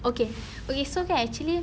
okay okay so kan actually